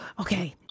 Okay